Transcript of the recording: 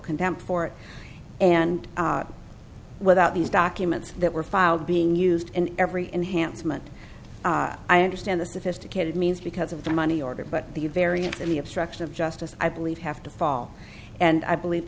contempt for it and without these documents that were filed being used in every enhanced meant i understand the sophisticated means because of the money order but the variance and the obstruction of justice i believe have to fall and i believe